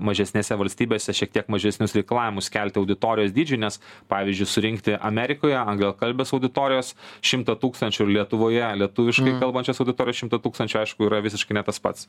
mažesnėse valstybėse šiek tiek mažesnius reikalavimus kelti auditorijos dydžiui nes pavyzdžiui surinkti amerikoje anglakalbės auditorijos šimtą tūkstančių ir lietuvoje lietuviškai kalbančios auditorijos šimtą tūkstančių aišku yra visiškai ne tas pats